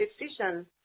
decision